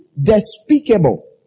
despicable